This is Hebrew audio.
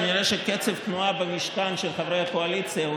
כנראה שקצב התנועה במשכן של חברי הקואליציה הוא